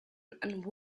and